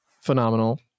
phenomenal